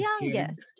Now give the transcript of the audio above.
youngest